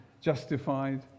justified